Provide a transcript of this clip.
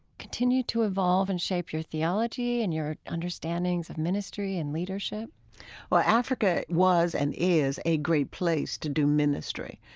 continued to evolve and shape your theology and your understandings of ministry and leadership well, africa was and is a great place to do ministry,